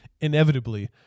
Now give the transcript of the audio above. inevitably